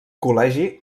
col·legi